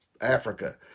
Africa